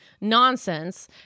nonsense